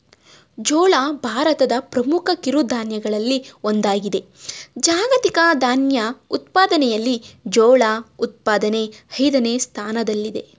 ಜೋಳ ಭಾರತದ ಪ್ರಮುಖ ಕಿರುಧಾನ್ಯಗಳಲ್ಲಿ ಒಂದಾಗಿದೆ ಜಾಗತಿಕ ಧಾನ್ಯ ಉತ್ಪಾದನೆಯಲ್ಲಿ ಜೋಳ ಉತ್ಪಾದನೆ ಐದನೇ ಸ್ಥಾನದಲ್ಲಿದೆ